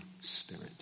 spirit